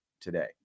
today